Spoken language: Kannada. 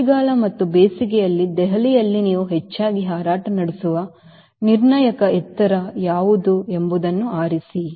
ಚಳಿಗಾಲ ಮತ್ತು ಬೇಸಿಗೆಯಲ್ಲಿ ದೆಹಲಿಯಲ್ಲಿ ನೀವು ಹೆಚ್ಚಾಗಿ ಹಾರಾಟ ನಡೆಸುವ ನಿರ್ಣಾಯಕ ಎತ್ತರ ಯಾವುದು ಎಂಬುದನ್ನು ಆರಿಸಿ